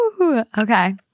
okay